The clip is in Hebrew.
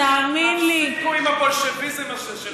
תאמין לי, תפסיקו עם הבולשביזם הזה שלכם.